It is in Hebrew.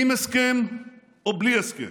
עם הסכם או בלי הסכם.